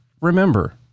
remember